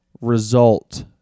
Result